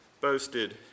boasted